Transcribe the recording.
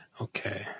Okay